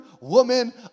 woman